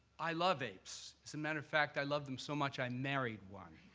i love aaps. as a matter of fact, i love them so much, i married one.